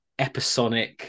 episonic